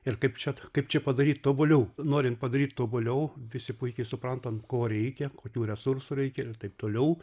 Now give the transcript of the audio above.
ir kaip čia kaip čia padaryt tobuliau norint padaryti tobuliau visi puikiai suprantam ko reikia kokių resursų reikia ir taip toliau